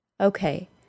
Okay